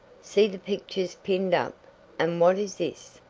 see the pictures pinned up and what is this?